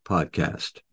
Podcast